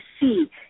see